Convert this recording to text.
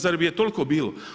Zar bi je toliko bilo?